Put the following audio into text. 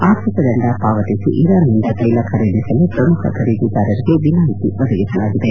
ಆರ್ಥಿಕ ದಂಡ ಪಾವತಿಸಿ ಇರಾನ್ನಿಂದ ತ್ಯೆಲ ಖರೀದಿಸಲು ಪ್ರಮುಖ ಖರೀದಿದಾರರಿಗೆ ವಿನಾಯಿತಿ ಒದಗಿಸಲಾಗಿದೆ